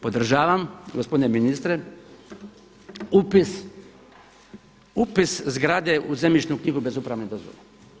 Podržavam gospodine ministre upis zgrade u zemljišnu knjigu bez upravne dozvole.